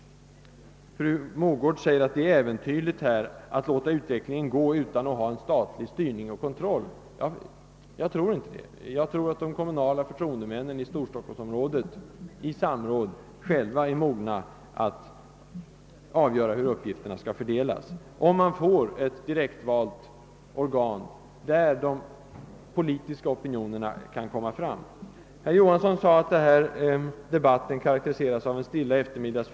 Fru Mogård menar att det är äventyrligt att låta utvecklingen ha sin gång utan ingrepp i form av statlig styrning och kontroll. Jag håller inte med om detta, utan tror att de kommunala förtroendemännen i storstockholmsområdet själva i samråd är mogna att avgöra hur uppgifterna skall fördelas, när de nu får ett direktvalt organ för hela området där de politiska opinionerna kan komma till uttryck. Herr Johansson i Trollhättan sade att debatten i detta ärende kännetecknas av en stilla eftermiddagfrid.